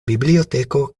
biblioteko